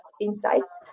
insights